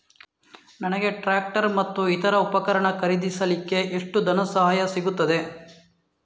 ನನಗೆ ಟ್ರ್ಯಾಕ್ಟರ್ ಮತ್ತು ಇತರ ಉಪಕರಣ ಖರೀದಿಸಲಿಕ್ಕೆ ಎಷ್ಟು ಧನಸಹಾಯ ಸಿಗುತ್ತದೆ?